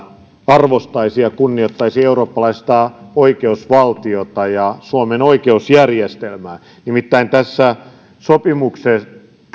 arvostaisimme ja kunnioittaisimme eurooppalaista oikeusvaltiota ja suomen oikeusjärjestelmää nimittäin tässä sopimuksen